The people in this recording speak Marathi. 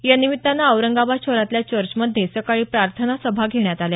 यानिमित्तानं औरंगाबाद शहरातल्या चर्चमध्ये सकाळी प्रार्थना सभा घेण्यात आल्या